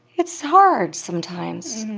it's hard sometimes.